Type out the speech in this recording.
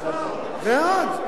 זה ירד.